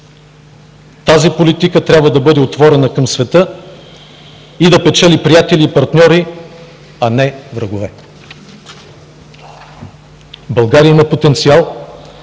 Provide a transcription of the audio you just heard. Тази политика трябва да бъде отворена към света и да печели приятели и партньори, а не врагове. България има потенциал